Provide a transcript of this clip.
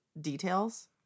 details